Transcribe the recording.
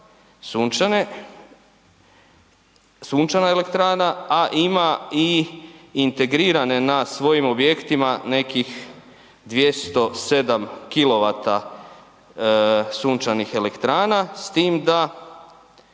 sunčana elektrana a ima i integrirane na svojim objektima nekih 207 kilovata sunčanih elektrana. S time da